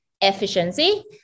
efficiency